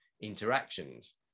interactions